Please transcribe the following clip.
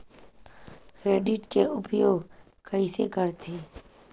Credit के उपयोग कइसे करथे?